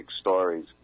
stories